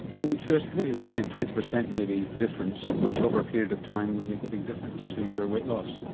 and to a significant extent twenty percent may be the difference, which over a period of time would make a big difference to your weight loss.